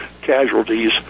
casualties